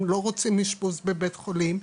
הם לא רוצים אשפוז בבית חולים,